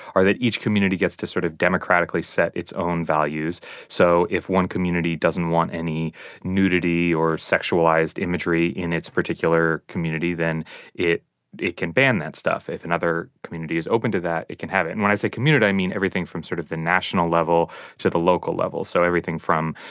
are that each community gets to sort of democratically set its own values so if one community doesn't want any nudity or sexualized imagery in its particular community then it it can ban that stuff. if and another community is open to that it can have it. and when i say community i mean everything from sort of the national level to the local level. so everything from,